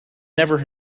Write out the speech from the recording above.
never